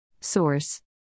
source